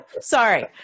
Sorry